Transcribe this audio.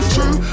True